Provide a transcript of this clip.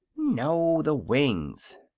no the wings.